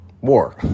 war